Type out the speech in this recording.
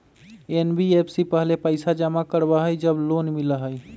NBFC पहले पईसा जमा करवहई जब लोन मिलहई?